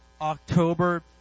October